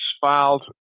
filed